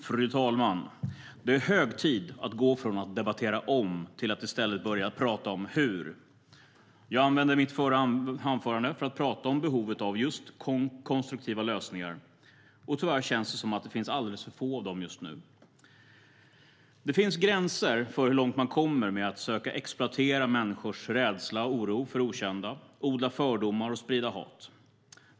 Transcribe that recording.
Fru talman! Det är hög tid att gå från att debattera om till att i stället börja prata om hur. Jag använde mitt förra anförande till att tala om behovet av konstruktiva lösningar. Tyvärr känns det som att det finns alldeles för få av dem just nu. Det finns gränser för hur långt man kommer med att söka exploatera människors rädsla och oro för det okända, odla fördomar och sprida hat.